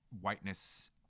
whiteness